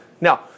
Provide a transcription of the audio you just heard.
Now